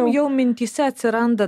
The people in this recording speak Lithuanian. jau mintyse atsiranda